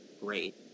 great